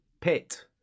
pit